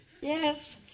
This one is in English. Yes